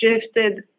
shifted